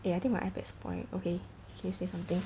eh I think my ipad spoil okay you can say something